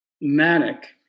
manic